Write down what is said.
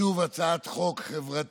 שוב, הצעת חוק חברתית.